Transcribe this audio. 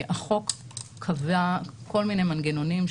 החוק קבע כל מיני מנגנונים,